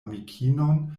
amikinon